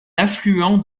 affluent